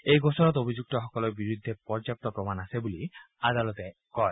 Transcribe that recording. এই গোচৰত অভিযুক্তসকলৰ বিৰুদ্ধে পৰ্যাপ্ত প্ৰমাণ আছে বুলি আদালতে কয়